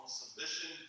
submission